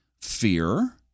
fear